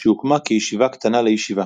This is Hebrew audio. שהוקמה כישיבה קטנה לישיבה.